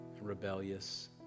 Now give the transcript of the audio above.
rebellious